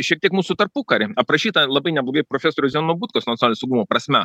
šiek tiek mūsų tarpukarį aprašytą labai neblogai profesorius zenono butkus nacionalinio saugumo prasme